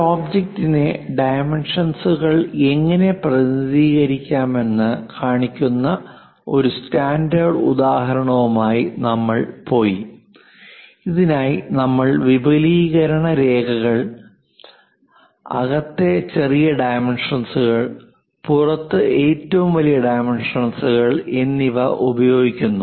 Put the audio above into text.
ഒരു ഒബ്ജക്റ്റിന്റെ ഡൈമെൻഷൻസ്കൾ എങ്ങനെ പ്രതിനിധീകരിക്കാമെന്ന് കാണിക്കുന്ന ഒരു സ്റ്റാൻഡേർഡ് ഉദാഹരണവുമായി നമ്മൾ പോയി ഇതിനായി നമ്മൾ വിപുലീകരണ രേഖകൾ അകത്തെ ചെറിയ ഡൈമെൻഷൻസ്കൾ പുറത്ത് ഏറ്റവും വലിയ ഡൈമെൻഷൻസ്കൾ എന്നിവ ഉപയോഗിക്കുന്നു